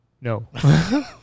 No